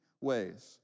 ways